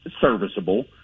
serviceable